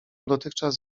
dotychczas